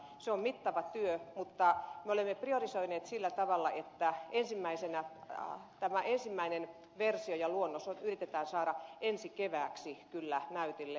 se on mittava työ mutta me olemme priorisoineet sillä tavalla että tämä ensimmäinen versio ja luonnos yritetään saada ensi kevääksi kyllä näytille